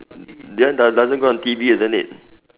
then does doesn't go on T_V isn't it